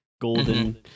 golden